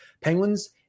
Penguins